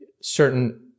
certain